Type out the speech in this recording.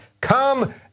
Come